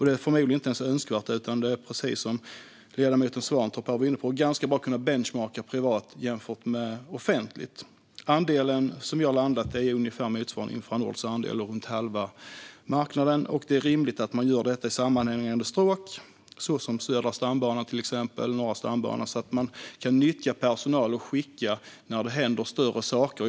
Det är förmodligen inte ens önskvärt, utan precis som ledamoten Svantorp var inne på är det ganska bra att kunna benchmarka privat jämfört med offentligt. Andelen som vi har landat i är ungefär motsvarande Infranords andel och runt halva marknaden. Det är rimligt att man gör detta i sammanhängande stråk, som med Södra stambanan och Norra stambanan, så att man kan nyttja personal och skicka personal när det händer större saker.